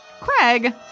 Craig